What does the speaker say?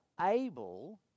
able